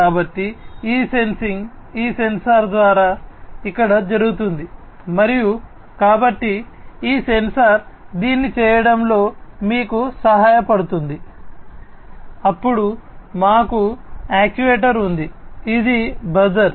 కాబట్టి ఈ సెన్సింగ్ ఈ సెన్సార్ ద్వారా ఇక్కడ జరుగుతుంది మరియు కాబట్టి ఈ సెన్సార్ దీన్ని చేయడంలో మీకు సహాయపడుతుంది అప్పుడు మాకు యాక్చుయేటర్ ఉంది ఇది బజర్